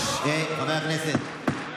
חברי הכנסת,